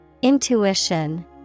Intuition